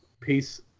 peace